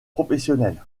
professionnel